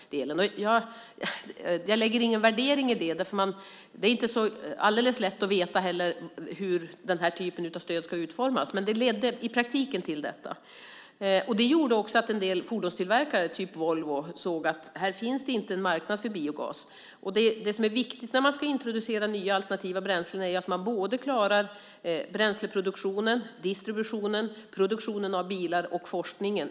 Jag lägger ingen värdering i det. Det är inte så alldeles lätt att veta hur den här typen av stöd ska utformas, men i praktiken ledde det till detta. Det gjorde också att en del fordonstillverkare, typ Volvo, såg att det inte fanns någon marknad för biogas. När man ska introducera nya alternativa bränslen är det viktigt att man klarar hela kedjan med bränsleproduktion, distribution, produktion av bilar och forskning.